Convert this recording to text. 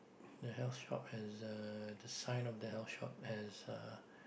the health shop has uh the sign of the health shop has uh